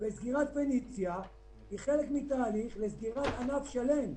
סגירת "פניציה" היא חלק מתהליך של סגירת ענף שלם,